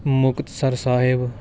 Muktsar Sahib